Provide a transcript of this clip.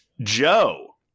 joe